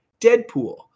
deadpool